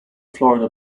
florida